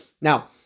Now